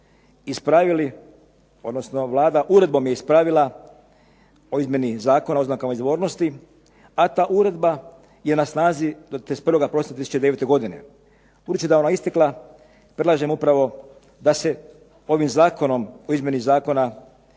ispravili, odnosno Vlada je uredbom ispravila o izmjeni Zakona o oznakama izvornosti. A ta uredba je na snazi do 31. prosinca 2009. godine. Budući da je ona istekla predlažem upravo da se ovim zakonom o izmjeni zakona